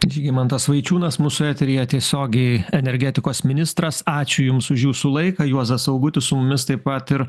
žygimantas vaičiūnas mūsų eteryje tiesiogiai energetikos ministras ačiū jums už jūsų laiką juozas augutis su mumis taip pat ir